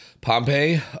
Pompeii